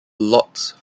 lots